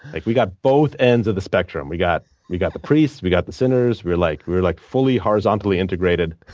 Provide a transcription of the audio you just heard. like we got both ends of the spectrum. we got we got the priests. we got the sinners. we're like we're like fully, horizontally integrated.